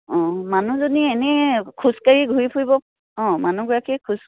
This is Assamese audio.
অঁ মানুহজনী এনেই খোজকাঢ়ি ঘূৰি ফুৰিব অঁ মানুহগৰাকীৰ খোজ